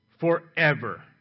Forever